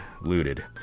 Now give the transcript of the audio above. looted